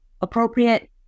appropriate